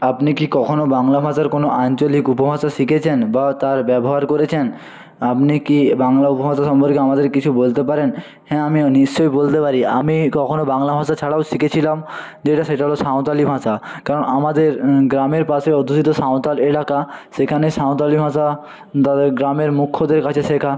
আপনি কি কখনও বাংলা ভাষার কোনো আঞ্চলিক উপভাষা শিখেছেন বা তার ব্যবহার করেছেন আপনি কি বাংলা উপভাষা সম্পর্কে আমাদের কিছু বলতে পারেন হ্যাঁ আমি নিশ্চয়ই বলতে পারি আমি কখনও বাংলা ভাষা ছাড়াও শিখেছিলাম যেটা সেটা হলো সাঁওতালি ভাষা কারণ আমাদের গ্রামের পাশে অধ্যুষিত সাঁওতাল এলাকা সেখানে সাঁওতালি ভাষা তাদের গ্রামের মুখ্যদের কাছে শেখা